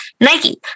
Nike